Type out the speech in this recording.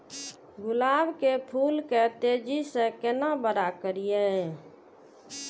गुलाब के फूल के तेजी से केना बड़ा करिए?